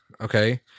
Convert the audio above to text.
okay